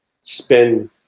spin